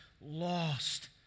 lost